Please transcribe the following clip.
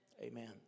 Amen